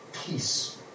peace